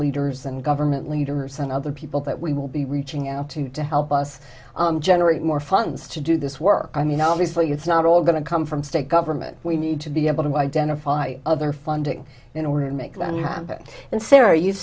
leaders and government leaders and other people that we will be reaching out to to help us generate more funds to do this work i mean obviously it's not all going to come from state government we need to be able to identify other funding in order to make that happen and say are you